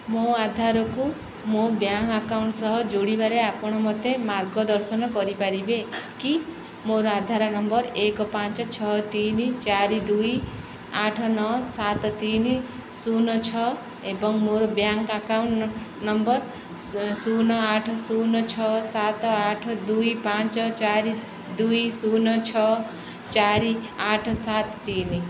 ମୋ ଆଧାରକୁ ମୋ ବ୍ୟାଙ୍କ ଆକାଉଣ୍ଟ ସହ ଯୋଡ଼ିବାରେ ଆପଣ ମୋତେ ମାର୍ଗଦର୍ଶନ କରିପାରିବେ କି ମୋର ଆଧାର ନମ୍ବର ଏକ ପାଞ୍ଚ ଛଅ ତିନି ଚାରି ଦୁଇ ଆଠ ନଅ ସାତ ତିନି ଶୂନ ଛଅ ଏବଂ ମୋର ବ୍ୟାଙ୍କ ଆକାଉଣ୍ଟ ନମ୍ବର ଶୂନ ଆଠ ଶୂନ ଛଅ ସାତ ଆଠ ଦୁଇ ପାଞ୍ଚ ଚାରି ଦୁଇ ଶୂନ ଛଅ ଚାରି ଆଠ ସାତ ତିନି